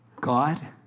God